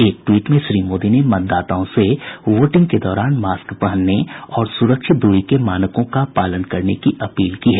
एक ट्वीट में श्री मोदी ने मतदाताओं से वोटिंग के दौरान मास्क पहनने और सुरक्षित दूरी के मानकों का पालन करने की अपील की है